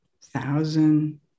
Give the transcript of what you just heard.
thousand